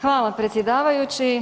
Hvala predsjedavajući.